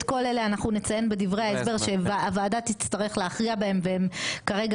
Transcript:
את כל אלה אנחנו נציין בדברי ההסבר שהוועדה תצטרך להכריע בהם והם כרגע,